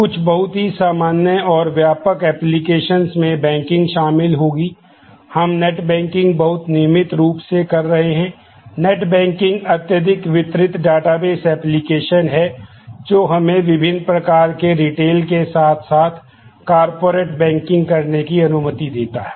कुछ बहुत ही सामान्य और व्यापक एप्लीकेशनस करने की अनुमति देता है